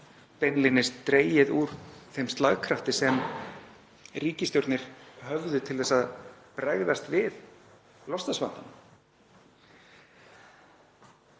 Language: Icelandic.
beinlínis dregið úr þeim slagkrafti sem ríkisstjórnir höfðu til að bregðast við loftslagsvandanum.